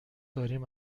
داریم